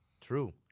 True